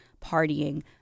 partying